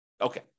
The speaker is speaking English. Okay